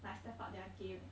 like step up their game eh